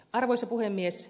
arvoisa puhemies